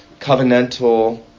covenantal